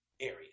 area